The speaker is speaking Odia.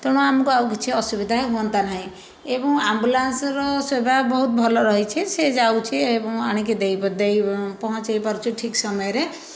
ତେଣୁ ଆମୁକୁ ଆଉ କିଛି ଅସୁବିଧା ହୁଅନ୍ତା ନାହଁ ଏବଂ ଆମ୍ବୁଲାନ୍ସର ସେବା ବହୁତ ଭଲ ରହିଛି ସିଏ ଯାଉଛି ଏବଂ ଆଣିକି ଦେଇ ପ ଦେଇ ପହଞ୍ଚାଇ ପାରୁଛି ଠିକ ସମୟରେ